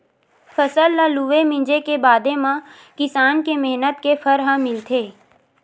फसल ल लूए, मिंजे के बादे म किसान के मेहनत के फर ह मिलथे